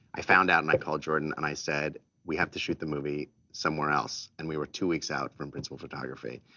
i found out and i called jordan and i said, we have to shoot the movie somewhere else, and were two weeks out from principal photography.